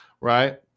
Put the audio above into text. right